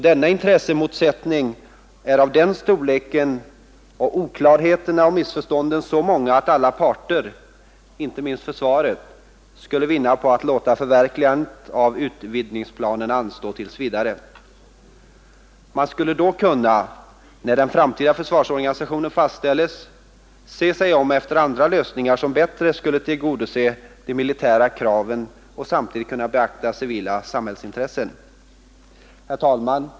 Denna intressemotsättning är av den storleken, och oklarheterna och missförstånden är så många, att alla parter — inte minst försvaret — skulle vinna på om vi låter förverkligandet av utvidgningsplanerna anstå tills vidare. Man skulle då kunna — när den framtida försvarsorganisationen fastställes — se sig om efter andra lösningar, som bättre än den nu föreslagna skulle tillgodose de militära kraven, och samtidigt kunna beakta civila samhällsintressen. Herr talman!